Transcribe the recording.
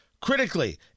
Critically